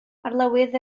arlywydd